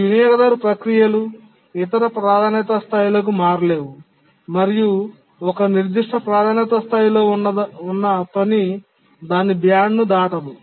ఈ వినియోగదారు ప్రక్రియలు ఇతర ప్రాధాన్యత స్థాయిలకు మారలేవు మరియు ఒక నిర్దిష్ట ప్రాధాన్యత స్థాయిలో ఉన్న పని దాని బ్యాండ్ను దాటదు